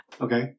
Okay